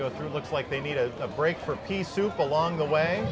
go through looks like they needed a break for the soup along the way